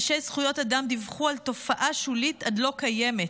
אנשי זכויות האדם דיווחו על תופעה שולית עד לא קיימת.